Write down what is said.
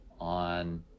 on